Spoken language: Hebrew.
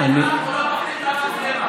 הוא לא מפעיל את המצלמה,